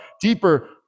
deeper